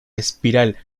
espiral